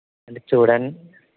అంటే చూడండి